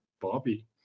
Bobby